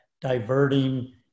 diverting